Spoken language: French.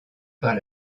par